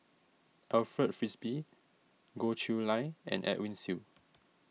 Alfred Frisby Goh Chiew Lye and Edwin Siew